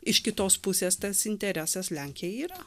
iš kitos pusės tas interesas lenkijai yra